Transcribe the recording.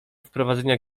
wprowadzania